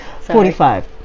Forty-five